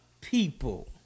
people